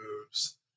moves